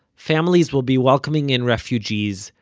families will be welcoming in refugees,